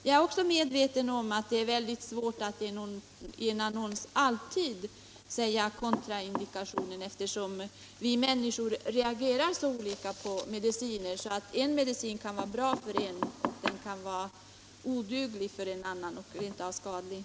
Jag är också medveten om att det är mycket svårt att i en annons alltid ange kontraindikationer, eftersom vi människor reagerar så olika på mediciner att en medicin kan vara bra för en människa men oduglig och rent av skadlig för en annan.